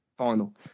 Final